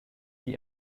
die